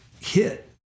hit